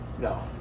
no